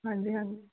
ਹਾਂਜੀ ਹਾਂਜੀ